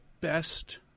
best